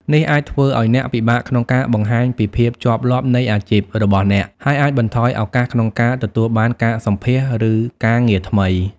នេះអាចធ្វើឲ្យអ្នក ពិបាកក្នុងការបង្ហាញពីភាពជាប់លាប់នៃអាជីព របស់អ្នក ហើយអាចបន្ថយឱកាសក្នុងការទទួលបានការសម្ភាសន៍ ឬការងារថ្មី។